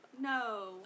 No